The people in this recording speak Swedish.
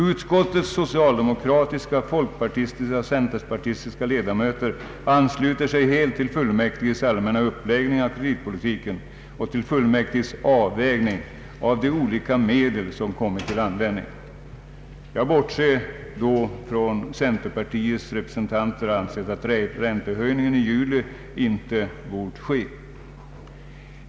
Utskottets socialdemokratiska, folkpartistiska och centerpartistiska ledamöter ansluter sig helt till fullmäktiges allmänna uppläggning av kreditpolitiken och till fullmäktiges avvägning av de olika medel som kommit till användning. Jag bortser då från att centerpartiets representanter ansett att räntehöjningen i juli inte bort ske.